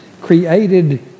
created